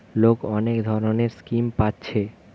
লোক অনেক ধরণের স্কিম পাচ্ছে